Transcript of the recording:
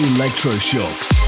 Electroshocks